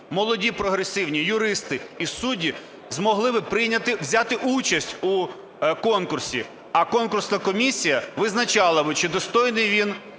молоді прогресивні юристи і судді змогли би взяти участь у конкурсі, а конкурсна комісія визначала би, чи достойний він,